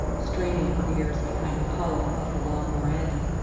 straining her ears behind a column of the long veranda,